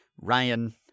ryan